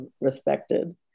respected